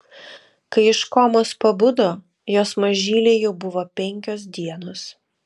kai iš komos pabudo jos mažylei jau buvo penkios dienos